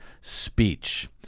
speech